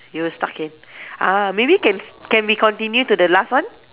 you were stuck in uh maybe can s~ can we continue to the last one